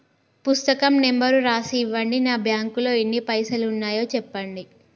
పుస్తకం నెంబరు రాసి ఇవ్వండి? నా బ్యాంకు లో ఎన్ని పైసలు ఉన్నాయో చెప్పండి?